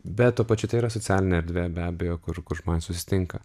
bet tuo pačiu tai yra socialinė erdvė be abejo kur kur žmonės susitinka